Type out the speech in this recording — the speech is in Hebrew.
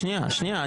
שנייה, שנייה.